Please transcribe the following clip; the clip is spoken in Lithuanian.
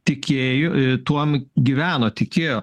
tikėjo tuom gyveno tikėjo